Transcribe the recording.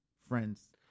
friends